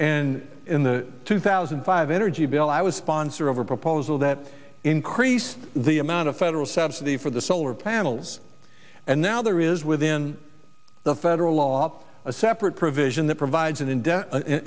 and in the two thousand and five energy bill i was sponsored over a proposal that increased the amount of federal subsidy for the solar panels and now there is within the federal law a separate provision that provides an